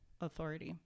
authority